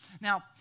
Now